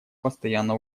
постоянно